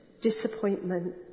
disappointment